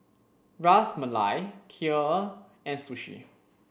Ras Malai Kheer and Sushi